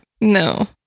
No